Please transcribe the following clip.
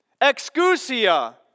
excusia